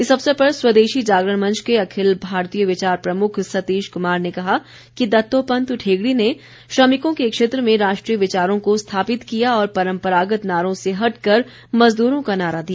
इस अवसर पर स्वदेशी जागरण मंच के अखिल भारतीय विचार प्रमुख सतीश कुमार ने कहा कि दत्तोपंत ठेंगड़ी ने श्रमिकों के क्षेत्र में राष्ट्रीय विचारों को स्थापित किया और परम्परागत नारों से हटकर मजदूरों का नारा दिया